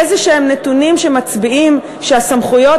איזשהם נתונים שמצביעים שהסמכויות